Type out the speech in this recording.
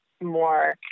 more